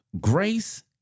Grace